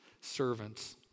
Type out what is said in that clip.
servants